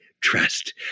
trust